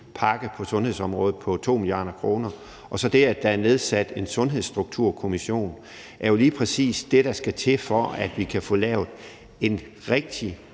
akutpakke på sundhedsområdet til 2 mia. kr., og så er det, at der er nedsat en Sundhedsstrukturkommission, jo lige præcis det, der skal til, for at vi kan få lavet en rigtig